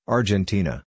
Argentina